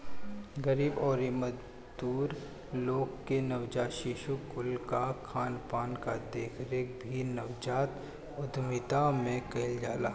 गरीब अउरी मजदूर लोग के नवजात शिशु कुल कअ खानपान कअ देखरेख भी नवजात उद्यमिता में कईल जाला